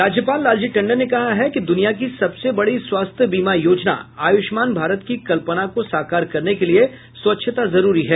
राज्यपाल लालजी टंडन ने कहा है कि द्रनिया की सबसे बड़ी स्वास्थ्य बीमा योजना आयुष्मान भारत की कल्पना को साकार करने के लिए स्वच्छता जरूरी है